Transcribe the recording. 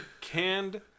Canned